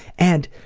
and